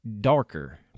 darker